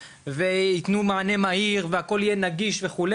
ויתנו מענה מהיר והכול יהיה נגיש וכו',